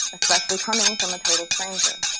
especially coming from a total stranger.